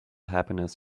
happiness